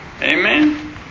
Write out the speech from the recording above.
Amen